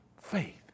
faith